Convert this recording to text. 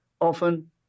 often